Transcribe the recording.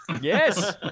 Yes